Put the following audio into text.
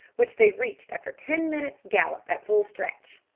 which they reached after ten minutes' gallop, at full stretch.